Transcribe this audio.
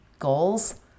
goals